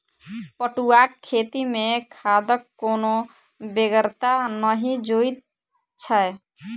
पटुआक खेती मे खादक कोनो बेगरता नहि जोइत छै